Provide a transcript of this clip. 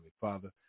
Father